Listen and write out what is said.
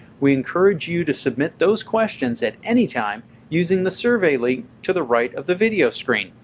we encourage you to submit those questions at any time using the survey link to the right of the video screen.